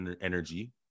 energy